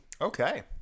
okay